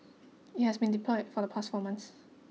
it has been deployed for the past four months